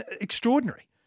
Extraordinary